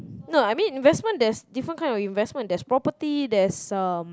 no I mean investment there's different kind of investment there's property there's um